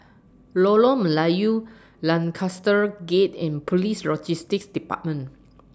Lorong Melayu Lancaster Gate and Police Logistics department